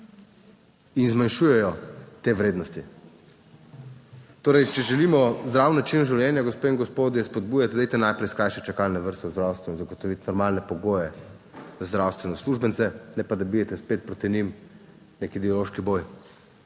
in zmanjšujejo te vrednosti. Torej, če želimo zdrav način življenja, gospe in gospodje, spodbujati, dajte najprej skrajšati čakalne vrste v zdravstvu in zagotoviti normalne pogoje za zdravstvene uslužbence, ne pa da bijete spet proti njim nek ideološki boj.